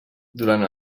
durant